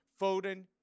Foden